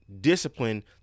discipline